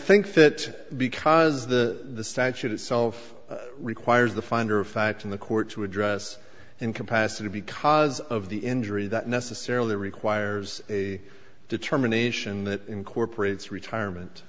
think that because the statute itself requires the finder of fact in the court to address incapacity because of the injury that necessarily requires a determination that incorporates retirement